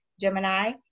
Gemini